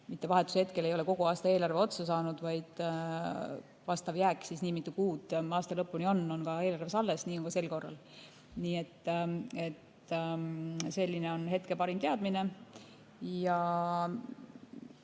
mitte vahetuse hetkel ei ole kogu aastaeelarve otsa saanud, vaid vastav jääk, mitu kuud aasta lõpuni on, peaks olema eelarves alles, nii on ka sel korral. Nii et selline on hetkel parim teadmine. Mis